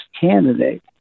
candidate